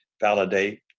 validate